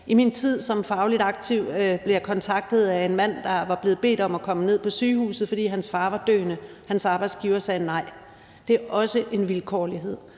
I min tid som fagligt aktiv blev jeg kontaktet af en mand, der var blevet bedt om at komme ned på sygehuset, fordi hans far var døende, og hans arbejdsgiver sagde nej. Der er også en vilkårlighed,